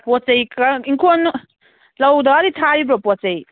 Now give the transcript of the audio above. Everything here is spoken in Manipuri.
ꯄꯣꯠꯆꯩ ꯈꯔ ꯍꯤꯡꯈꯣꯜꯗꯨ ꯂꯧ ꯗꯗꯥꯗꯤ ꯊꯥꯔꯤꯕ꯭ꯔꯥ ꯄꯣꯠꯆꯩ